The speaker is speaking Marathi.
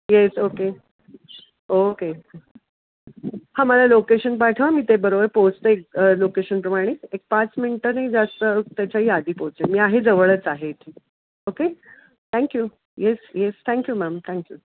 येस ओके ओके हां मला लोकेशन पाठवा मी ते बरोबर पोचते लोकेशनप्रमाणे एक पाच मिनटं नाही जास्त त्याच्याही आधी पोचेन मी आहे जवळच आहे इथे okay thank you yes yes thank you ma'am thank you